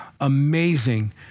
amazing